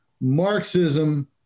Marxism